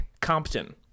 Compton